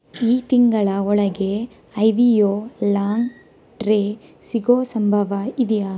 ಈ ತಿಂಗಳ ಒಳಗೆ ಐವಿಯೋ ಲಾಂಗ್ ಟ್ರೇ ಸಿಗೋ ಸಂಭವ ಇದೆಯಾ